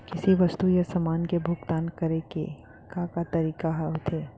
किसी वस्तु या समान के भुगतान करे के का का तरीका ह होथे?